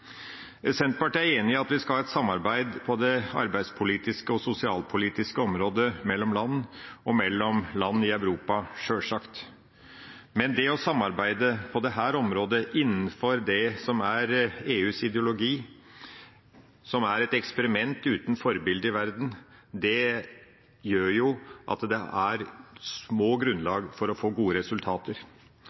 Senterpartiet er enig i at vi skal ha et samarbeid på det arbeidspolitiske og sosialpolitiske området mellom land og mellom land i Europa, sjølsagt. Men det å samarbeide på dette området innenfor det som er EUs ideologi – som er et eksperiment uten forbilde i verden – gjør at det er lite grunnlag for å få gode resultater.